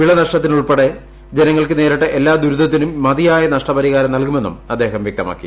വിള നഷ്ടത്തിനുൾപ്പെടെ ജനങ്ങൾക്ക് നേരിട്ട എല്ലാ ദുരിതത്തിനും മതിയായ നഷ്ടപരിഹാരം നൽകുമെന്നും അദ്ദേഹം വ്യക്തമാക്കി